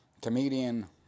comedian